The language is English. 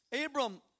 Abram